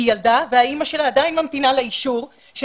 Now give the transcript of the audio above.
היא ילדה והאימא שלה עדיין ממתינה לאישור של